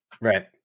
Right